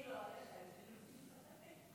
הטילו עליך, יש הרבה נושאים.